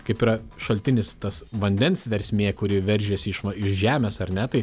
kaip yra šaltinis tas vandens versmė kuri veržiasi iš iš žemės ar ne tai